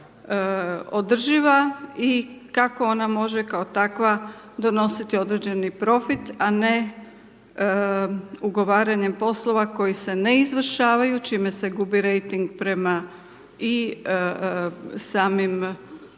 održiva i kako ona može kao takva donositi određeni profit a ne ugovaranjem poslova koji se ne izvršavaju čime se gubi rejting i prema samim